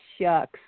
Shucks